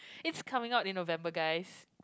it's coming out in November guys